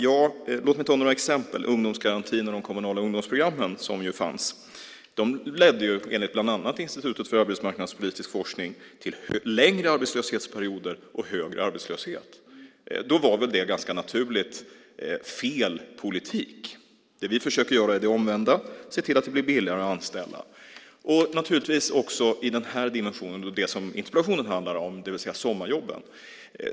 Ja, låt mig ta några exempel: Ungdomsgarantin och de kommunala ungdomsprogrammen som ju fanns ledde enligt bland annat Institutet för arbetsmarknadspolitisk forskning till längre arbetslöshetsperioder och högre arbetslöshet. Då var väl det ganska naturligt fel politik! Det vi försöker göra är det omvända, nämligen att se till att det blir billigare att anställa. Och det gäller naturligtvis också i den här dimensionen det som interpellationen handlar om, det vill säga sommarjobben.